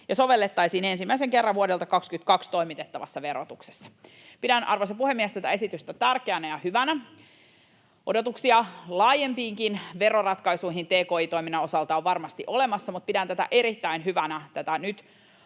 sovellettaisiin ensimmäisen kerran vuodelta 22 toimitettavassa verotuksessa. Pidän, arvoisa puhemies, tätä esitystä tärkeänä ja hyvänä. Odotuksia laajempiinkin veroratkaisuihin tki-toiminnan osalta on varmasti olemassa, mutta pidän erittäin hyvänä